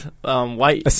white